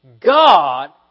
God